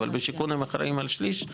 אבל בשיכון הם אחראים על שליש,